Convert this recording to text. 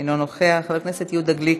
אינו נוכח, חבר הכנסת יהודה גליק,